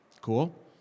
Cool